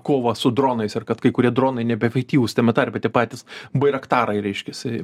kovą su dronais ir kad kai kurie dronai nebeefektyvūs tame tarpe tie patys bairaktarai reiškiasi